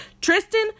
Tristan